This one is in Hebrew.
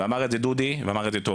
ואמר את זה דוד והוא אמר את זה טוב